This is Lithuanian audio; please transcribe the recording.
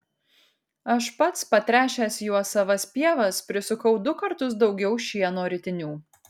aš pats patręšęs juo savas pievas prisukau du kartus daugiau šieno ritinių